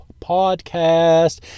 podcast